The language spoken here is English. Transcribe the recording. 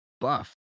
buff